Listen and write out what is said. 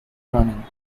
running